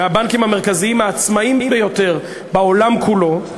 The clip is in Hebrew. מהבנקים המרכזיים העצמאיים ביותר בעולם כולו,